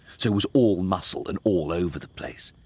so was all muscle and all over the place.